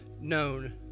known